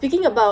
what